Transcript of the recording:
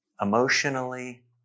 emotionally